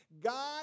God